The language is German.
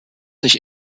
sich